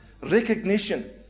recognition